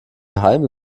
geheim